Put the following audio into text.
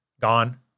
Gone